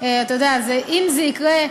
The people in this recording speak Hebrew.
אם זה יקרה,